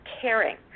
caring